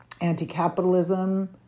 anti-capitalism